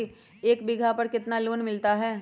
एक बीघा पर कितना लोन मिलता है?